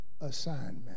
assignment